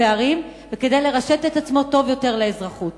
הפערים וכדי לרשת את עצמם טוב יותר לאזרחות.